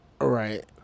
right